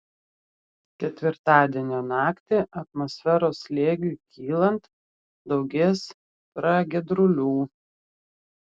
ketvirtadienio naktį atmosferos slėgiui kylant daugės pragiedrulių